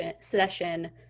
session